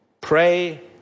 Pray